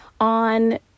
on